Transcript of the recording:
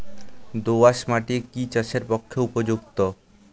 দোআঁশ মাটি কি চাষের পক্ষে উপযুক্ত?